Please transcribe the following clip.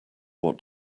what